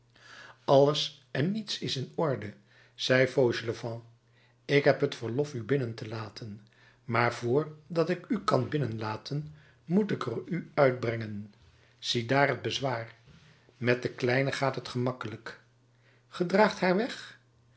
alles en niets is in orde zei fauchelevent ik heb het verlof u binnen te laten maar vr dat ik u kan binnenlaten moet ik er u uitbrengen ziedaar het bezwaar met de kleine gaat het gemakkelijk ge draagt haar weg